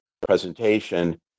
presentation